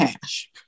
cash